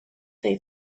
they